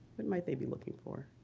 what might they be looking for?